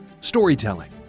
storytelling